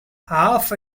half